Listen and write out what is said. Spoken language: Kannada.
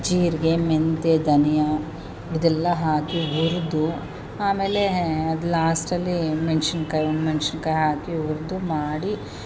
ಜೀರಿಗೆ ಮೆಂತ್ಯ ಧನಿಯಾ ಇದೆಲ್ಲ ಹಾಕಿ ಹುರಿದು ಆಮೇಲೆ ಅದು ಲಾಸ್ಟಲ್ಲಿ ಮೆಣ್ಶಿನ್ಕಾಯಿ ಒಣ ಮೆಣ್ಶಿನ್ಕಾಯಿ ಹಾಕಿ ಹುರಿದು ಮಾಡಿ